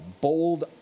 bold